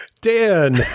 Dan